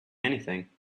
anything